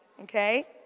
Okay